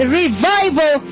revival